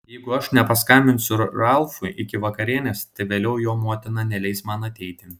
jeigu aš nepaskambinsiu ralfui iki vakarienės tai vėliau jo motina neleis man ateiti